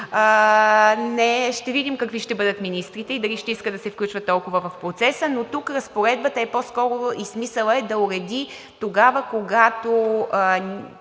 Ще видим какви ще бъдат министрите и дали ще искат да се включват толкова в процеса, но тук разпоредбата и смисълът е по-скоро да уреди тогава, когато